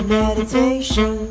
meditation